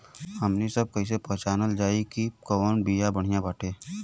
हमनी सभ कईसे पहचानब जाइब की कवन बिया बढ़ियां बाटे?